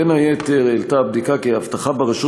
בין היתר העלתה הבדיקה כי האבטחה ברשות